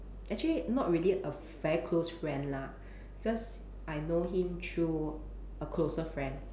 actually not really a very close friend lah because I know him through a closer friend